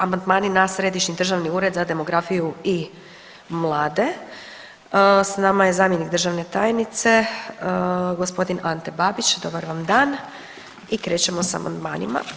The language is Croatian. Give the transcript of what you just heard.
Amandmani na Središnji državni ured za demografiju i mlade, s nama je zamjenik državne tajnice g. Ante Babić, dobar vam dan i krećemo s amandmanima.